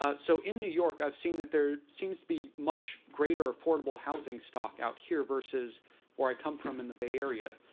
ah so in new york, i've seen that there seems to be much greater affordable housing stock out here versus where i come from in the bay area.